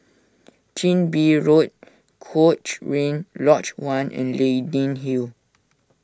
Chin Bee Road Cochrane Lodge one and Leyden Hill